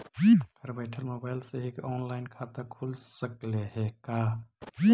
घर बैठल मोबाईल से ही औनलाइन खाता खुल सकले हे का?